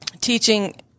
teaching